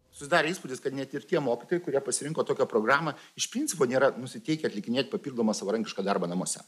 susidarė įspūdis kad net ir tie mokytojai kurie pasirinko tokią programą iš principo nėra nusiteikę atlikinėt papildomą savarankišką darbą namuose